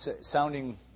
sounding